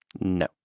No